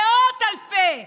מאות אלפי אנשים,